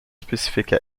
spécifique